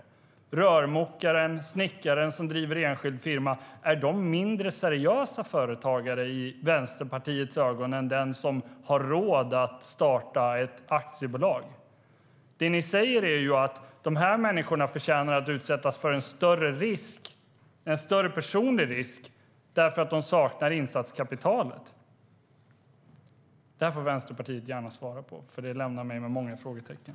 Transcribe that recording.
Är rörmokaren eller snickaren som driver enskild firma en mindre seriös företagare i Vänsterpartiets ögon än den som har råd att starta ett aktiebolag? Ni säger att dessa människor förtjänar att utsättas för en större personlig risk därför att de saknar insatskapitalet. Det här får Vänsterpartiet gärna svara på eftersom det lämnar efter sig många frågetecken.